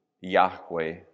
Yahweh